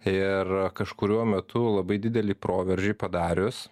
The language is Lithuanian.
ir kažkuriuo metu labai didelį proveržį padarius